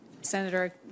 Senator